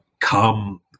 come